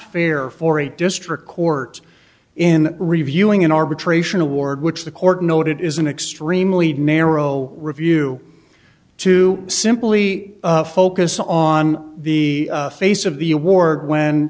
fair for a district court in reviewing an arbitration award which the court noted is an extremely narrow review to simply focus on the face of the war when